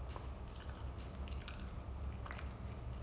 err the movie what was it enola holmes